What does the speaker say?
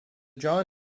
john